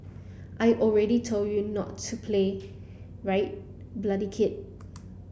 I already told you not to play right bloody kid